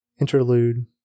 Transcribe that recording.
Interlude